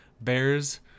bears